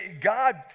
God